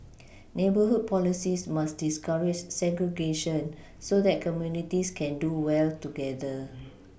neighbourhood policies must discourage segregation so that communities can do well together